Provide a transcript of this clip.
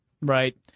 Right